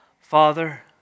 Father